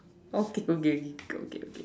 okay okay okay okay